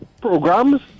programs